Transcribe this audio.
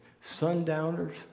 sundowners